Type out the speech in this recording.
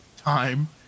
time